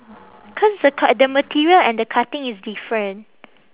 cause the cut the material and the cutting is different